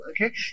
okay